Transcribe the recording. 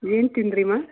ಏನ್ ತಿಂದ್ರಿಮ್ಮ